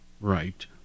Right